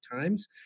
Times